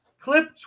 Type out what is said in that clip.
Clip